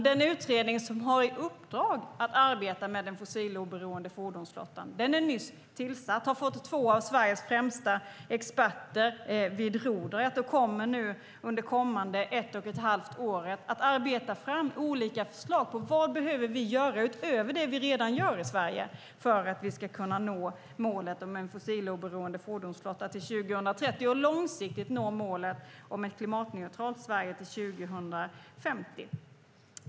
Den utredning som har i uppdrag att arbeta med den fossiloberoende fordonsflottan är nyss tillsatt. Den har fått två av Sveriges främsta experter vid rodret och kommer nu under kommande ett och ett halvt år att arbeta fram olika förslag på vad vi behöver göra, utöver det vi redan gör i Sverige, för att nå målet om en fossiloberoende fordonsflotta till 2030 och långsiktigt nå målen om ett klimatneutralt Sverige till 2050.